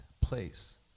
place